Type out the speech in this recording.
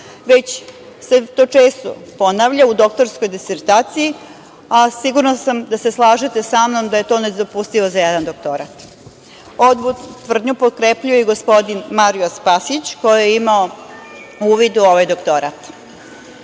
već se to često ponavlja u doktorskoj disertaciji, a sigurna sam da se slažete sa mnom da je to nedopustivo za jedna doktorat. Ovu tvrdnju potkrepljuje i gospodin Mario Spasić, koji je imao uvid u ovaj doktorat. Ovo